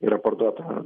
yra parduota